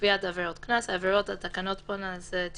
ולאחר שהרכב נרשם כרכב שיש לו מסנן,